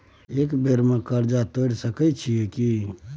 एक बेर में कर्जा तोर सके छियै की?